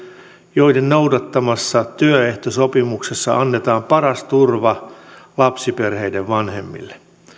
joiden noudattamassa työehtosopimuksessa annetaan paras turva lapsiperheiden vanhemmille